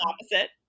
Opposite